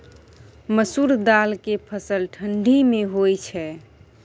मसुरि दाल के फसल ठंडी मे होय छै?